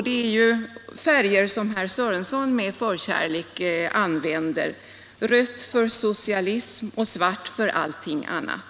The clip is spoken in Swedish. Det är ju färger som herr Sörenson med förkärlek använder: rött för socialism och svart för allting annat.